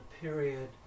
period